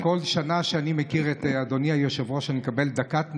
אם על כל שנה שאני מכיר את אדוני היושב-ראש אני אקבל דקת נאום,